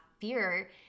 fear